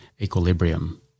equilibrium